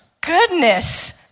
Goodness